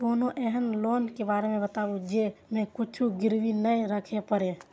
कोनो एहन लोन के बारे मे बताबु जे मे किछ गीरबी नय राखे परे?